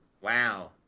wow